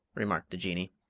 remarked the jinnee.